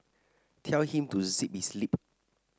tell him to zip his lip